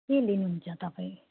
के लिनुहुन्छ तपाईँ